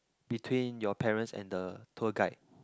between your parents and the tour guide